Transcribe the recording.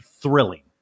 thrilling